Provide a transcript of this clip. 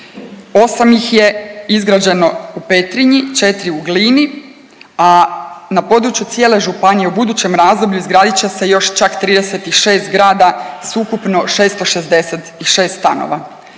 8 ih je izgrađeno u Petrinji, 4 u Glini, a na području cijele županije u budućem razdoblju izgradit će se još čak 36 zgrada sa ukupno 666 stanova.